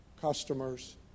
customers